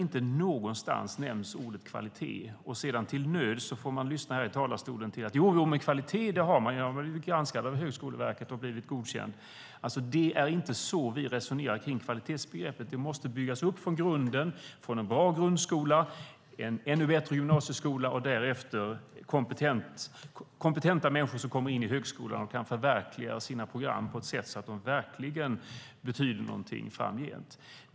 Ingenstans nämns ordet kvalitet. Sedan kan debattörerna till nöds säga här i talarstolen att det minsann finns kvalitet - man har blivit granskad av Högskoleverket och godkänts. Det är inte så vi resonerar kring kvalitetsbegreppet. Det måste byggas upp från grunden, från en bra grundskola och en ännu bättre gymnasieskola. Därefter är det kompetenta människor som kommer in i högskolan och kan förverkliga sina program så att de verkligen betyder någonting framgent.